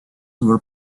were